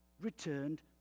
returned